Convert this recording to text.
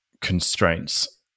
constraints